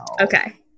Okay